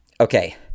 Okay